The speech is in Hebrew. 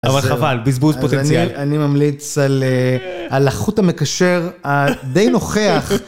אבל חבל, בזבוז פוטנציאל. אני ממליץ על החוט המקשר הדי נוכח.